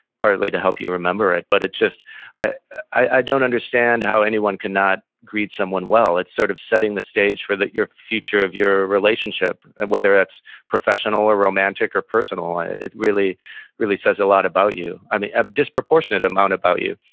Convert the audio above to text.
partly to help you remember it but it i i don't understand how anyone could not greet someone well, it's sort of setting the stage for your future of your relationship, whether that's professional or romantic or personally. it really really says a lot about you, um a a disproportionate amount about you.